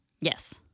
Yes